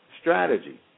strategy